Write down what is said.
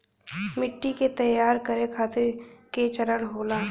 मिट्टी के तैयार करें खातिर के चरण होला?